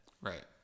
Right